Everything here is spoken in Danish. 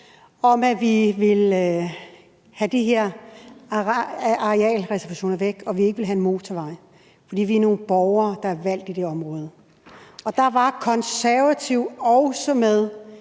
om, at vi ville have de her arealreservationer væk, og at vi ikke ville have en motorvej, fordi vi er nogle borgere, der er valgt i det område. Konservative var også med